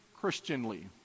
Christianly